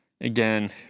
again